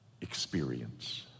experience